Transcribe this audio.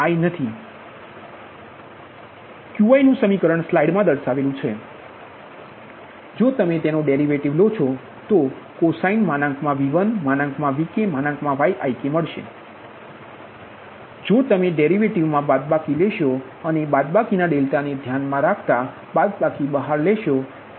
Qi k1nV1VkYiksinik ik જો તમે derivative લો છો તો તેViVkYik હશે જો તમે ડેરિવેટિવમા બાદબાકી લેશો અને બાદબાકીના ડેલ્ટાને ધ્યાનમાં રાખતા બાદબાકી બહાર આવશે